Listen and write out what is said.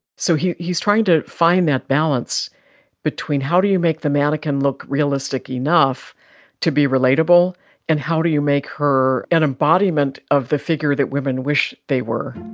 so he's he's trying to find that balance between how do you make the mannequin look realistic enough to be relatable and how do you make her an embodiment of the figure that women wish they were,